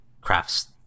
crafts